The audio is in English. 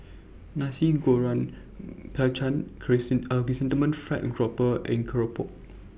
Nasi Goreng pelacan Chrysanthemum Fried Grouper and Keropok